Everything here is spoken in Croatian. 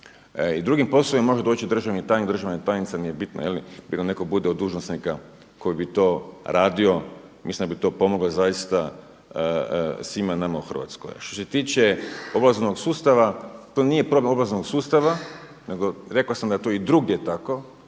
i drugim poslovima. Može doći državni tajnik, državna tajnica, nije bitno, ili netko bude od dužnosnika koji bi to radio, mislim da bi to pomoglo zaista svima nama u Hrvatskoj. A što se tiče obrazovnog sustava to nije problem obrazovnog sustava nego rekao sam da je to i drugdje tako,